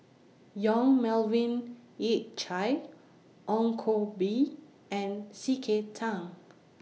Yong Melvin Yik Chye Ong Koh Bee and C K Tang